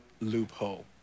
loophole